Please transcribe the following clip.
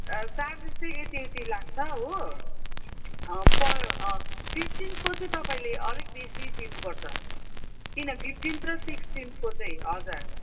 charges चाहिँ यति यति लाग्छ हो पर फिफ्टिन्थको चाहिँ तपाईँले अलिक बेसी दिनु पर्छ किन फिफ्टिन्थ र सिक्सटिन्थको चाहिँ हजर